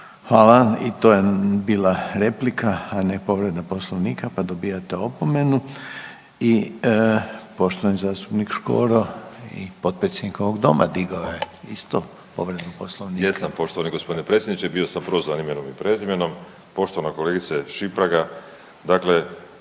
Hvala. I to je bila replika, a ne povreda Poslovnika, pa dobijate opomenu. I poštovani zastupnik Škoro i potpredsjednik ovog doma digao je isto povredu Poslovnika. **Škoro, Miroslav (Nezavisni)** Jesam poštovani g. predsjedniče, bio sam prozvan imenom i prezimenom. Poštovana kolegice Šimpraga,